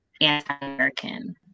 anti-American